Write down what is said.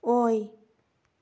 ꯑꯣꯏ